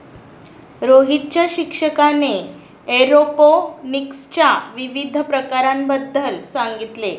रोहितच्या शिक्षकाने एरोपोनिक्सच्या विविध प्रकारांबद्दल सांगितले